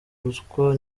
ruswa